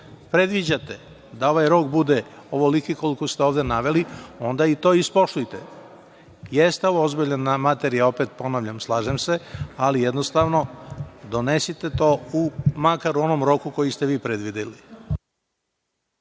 predviđate da ovaj rok bude ovoliki koliki ste ovde naveli, onda i to ispoštujte. Jeste ovo ozbiljna materija, opet ponavljam, slažem se, ali jednostavno donosite to makar u onom roku koji ste vi predvideli.